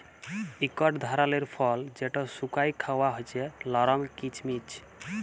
ইকট ধারালের ফল যেট শুকাঁয় খাউয়া হছে লরম কিচমিচ